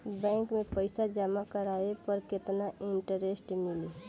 Bank में पईसा जमा करवाये पर केतना इन्टरेस्ट मिली?